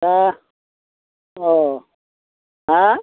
दा औ हा